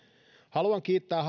haluan kiittää